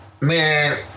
Man